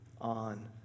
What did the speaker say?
on